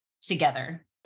together